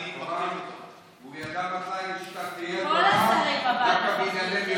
הוא ידע מתי שאתה תורן, דווקא בענייני מירון?